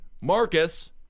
Marcus